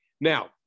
Now